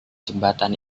jembatan